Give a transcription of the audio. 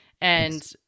And-